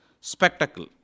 spectacle